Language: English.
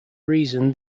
reason